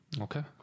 Okay